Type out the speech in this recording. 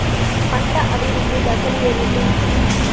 పంట అభివృద్ధి దశలు ఏమిటి?